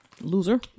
Loser